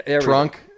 trunk